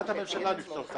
אם אתה לא יכול,